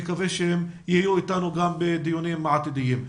נקוה שהם יהיו אתנו גם בדיונים עתידיים.